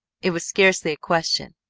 it was scarcely a question,